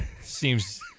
Seems